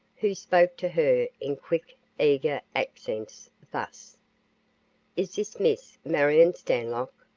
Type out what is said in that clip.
who spoke to her, in quick, eager accents, thus is this miss marion stanlock?